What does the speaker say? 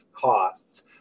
costs